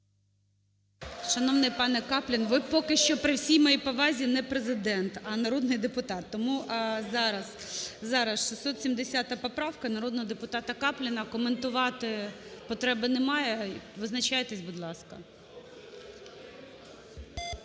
Шановний панеКаплін, ви поки що, при всій моїй повазі, не Президент, а народний депутат. Тому зараз 670 поправка народного депутата Капліна. Коментувати потреби немає, визначайтесь, будь ласка. 13:50:13